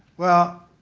well,